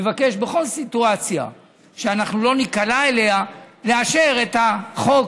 אני מבקש בכל סיטואציה שאנחנו לא ניקלע אליה לאשר את החוק